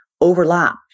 overlap